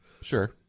Sure